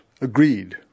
agreed